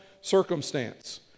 circumstance